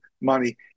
money